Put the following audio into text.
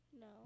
No